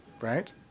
right